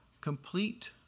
complete